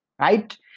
right